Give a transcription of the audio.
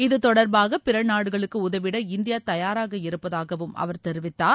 இது தொடர்பாக பிறநாடுகளுக்கு உதவிட இந்தியா தயாராக இருப்பதாகவும் அவர் தெரிவித்தார்